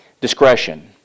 discretion